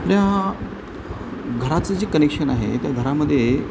आपल्या घराचं जे कनेक्शन आहे त्या घरामध्ये